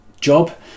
job